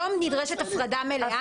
היום נדרשת הפרדה מלאה.